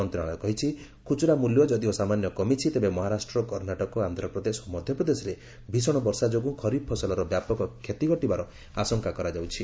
ମନ୍ତ୍ରଣାଳୟ କହିଛି ଖୁଚୁରା ମୂଲ୍ୟ ଯଦିଓ ସାମାନ୍ୟ କମିଛି ତେବେ ମହାରାଷ୍ଟ୍ର କର୍ଷ୍ଣାଟକ ଆନ୍ଧ୍ରପ୍ରଦେଶ ଓ ମଧ୍ୟପ୍ରଦେଶରେ ଭୀଷଣ ବର୍ଷା ଯୋଗୁଁ ଖରିଫ୍ ଫସଲର ବ୍ୟାପକ କ୍ଷତି ଘଟିବାର ଆଶଙ୍କା କରାଯାଉଛି